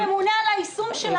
הוא הגוף שממונה על היישום שלה.